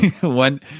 one